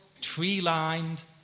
tree-lined